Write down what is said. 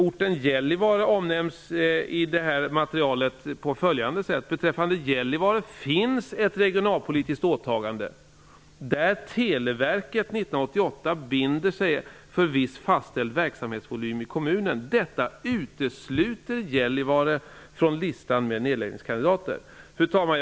Orten Gällivare omnämns i detta material på följande sätt: ''Beträffande Gällivare finns ett regionalpolitiskt åtagande där Televerket 1988 binder sig för viss fastställd verksamhetsvolym i kommunen. Detta utesluter Gällivare från listan med nedläggningskandidater.'' Fru talman!